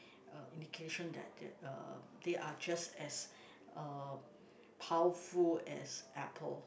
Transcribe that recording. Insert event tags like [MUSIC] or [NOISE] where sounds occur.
a indication that uh they are just as [NOISE] uh powerful as Apple